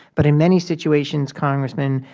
but in many situations, congressman,